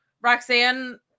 Roxanne